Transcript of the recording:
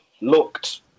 looked